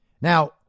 Now